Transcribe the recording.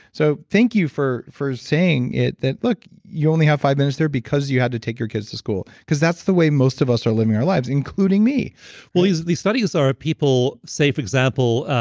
so thank you for for saying it that, look, you only have five minutes there because you had to take your kids to school because that's the way most of us are living our lives, including me well, these studies are people say, for example,